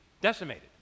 decimated